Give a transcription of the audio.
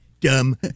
dumb